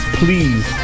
please